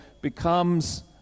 becomes